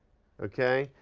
okay?